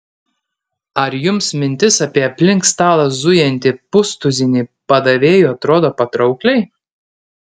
ar jums mintis apie aplink stalą zujantį pustuzinį padavėjų atrodo patraukliai